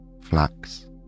flax